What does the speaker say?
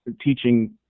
teaching